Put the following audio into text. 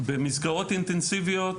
במסגרות אינטנסיביות,